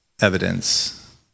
evidence